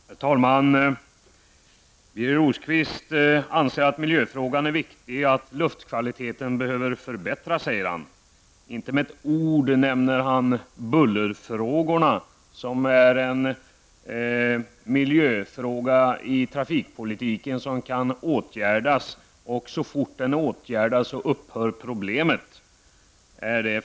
Herr talman! Birger Rosqvist anser att miljöfrågan är viktig och att luftkvaliteten behöver förbättras. Inte med ett ord nämner han bullerfrågorna, som kan åtgärdas och som så snart detta skett medför att problemet försvinner.